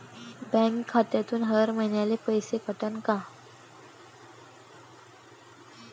Bank खात्यातून हर महिन्याले पैसे कटन का?